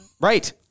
Right